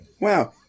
Wow